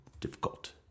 difficult